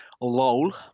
LOL